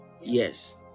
Yes